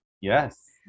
Yes